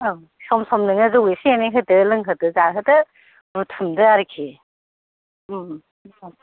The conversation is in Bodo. औ सम सम नोङो जौ एसे एनै होदो लोंहोदो जाहोदो बुथुमदो आरोखि